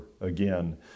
again